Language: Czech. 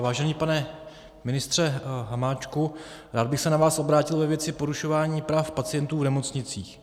Vážený pane ministře Hamáčku, rád bych se na vás obrátil ve věci porušování práv pacientů v nemocnicích.